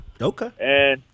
Okay